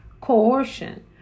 coercion